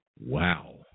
Wow